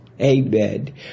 Amen